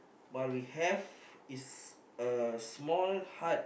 but we have is a small hut